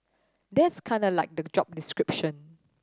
that's kinda like the job description